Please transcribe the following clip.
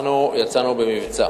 אנחנו יצאנו במבצע